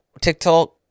TikTok